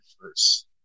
first